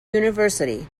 university